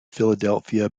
philadelphia